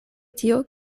tio